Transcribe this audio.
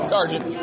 Sergeant